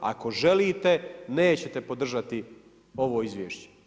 Ako želite, nećete podržati ovo izvješće.